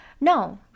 No